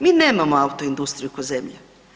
Mi nemamo autoindustriju ko zemlja.